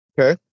okay